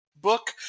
book